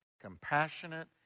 compassionate